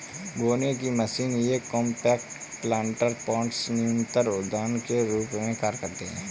बोने की मशीन ये कॉम्पैक्ट प्लांटर पॉट्स न्यूनतर उद्यान के रूप में कार्य करते है